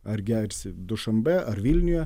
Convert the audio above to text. ar gersi dušanbe ar vilniuje